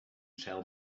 cel